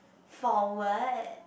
forward